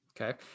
okay